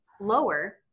lower